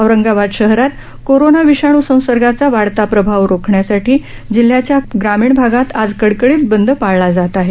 औरंगाबाद शहरात कोरोना विषाणू संसर्गाचा वाढता प्रभाव रोखण्यासाठी जिल्ह्याच्या ग्रामीण भागात आज कडकडीत बंद पाळला जात आहे